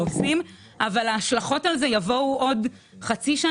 עושים אבל ההשלכות על זה יבואו עוד חצי שנה.